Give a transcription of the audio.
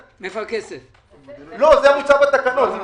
לא, זה נמצא בתקנות.